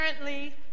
Currently